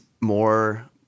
more